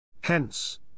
Hence